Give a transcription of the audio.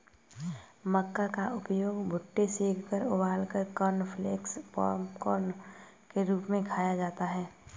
मक्का का उपयोग भुट्टे सेंककर उबालकर कॉर्नफलेक्स पॉपकार्न के रूप में खाया जाता है